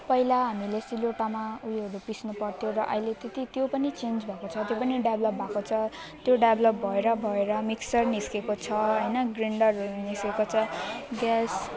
पहिला हामीले सिलौटामा उयोहरू पिस्नुपर्थ्यो र अहिले त्यत्ति त्यो पनि चेन्ज भएको छ त्यो पनि डेभ्लप भएको छ त्यो डेभ्लप भएर भएर मिक्सर निस्किएको छ होइन ग्रिन्डजारहरू निस्किएको छ ग्यास